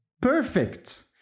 perfect